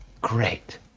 great